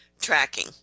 tracking